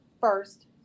first